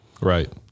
Right